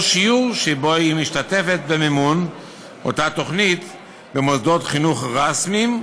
שיעור שבו היא משתתפת במימון אותה תוכנית במוסדות חינוך רשמיים,